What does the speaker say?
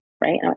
right